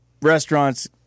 restaurants